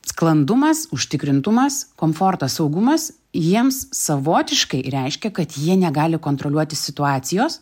sklandumas užtikrintumas komfortas saugumas jiems savotiškai reiškia kad jie negali kontroliuoti situacijos